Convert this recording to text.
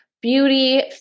beauty